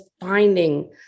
finding